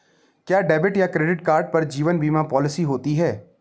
क्या डेबिट या credit card पर जीवन बीमा पॉलिसी होती है?